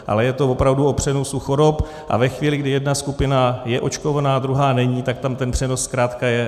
Ale je to opravdu o přenosu chorob, a ve chvíli, kdy jedna skupina je očkovaná a druhá není, tak tam ten přenos zkrátka je.